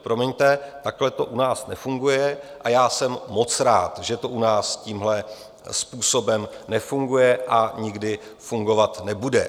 Promiňte, takto to u nás nefunguje, a já jsem moc rád, že to u nás tímhle způsobem nefunguje a nikdy fungovat nebude.